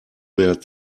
mehr